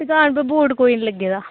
दुकान पर बोर्ड कोई निं लग्गे दा